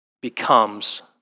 becomes